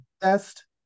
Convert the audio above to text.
best